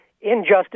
injustice